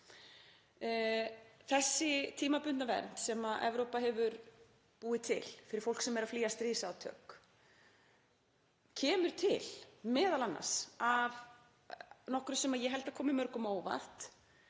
Þessi tímabundna vernd sem Evrópa hefur búið til fyrir fólk sem er að flýja stríðsátök kemur m.a. til af nokkru sem ég held að komi mörgum á óvart,